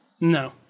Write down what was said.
No